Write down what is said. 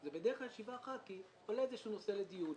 בדרך כלל יש ישיבה אחת כי עולה איזשהו נושא לדיון.